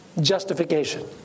justification